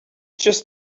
just